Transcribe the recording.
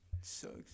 Sucks